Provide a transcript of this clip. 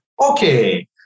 Okay